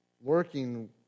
Working